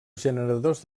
generadors